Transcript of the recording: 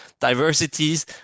diversities